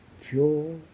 pure